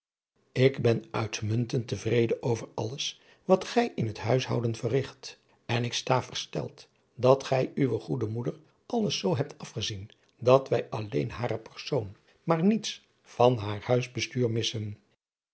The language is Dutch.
ik ben uitmuntend te vreden over alles wat gij in het huishouden verrigt en ik sta versteld dat gij uwe goede moeder alles zoo hebt afgezien dat wij alleen hare persoon maar niets van haar huisbestuur missen